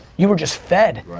you were just fed,